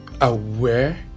aware